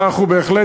אנחנו בהחלט,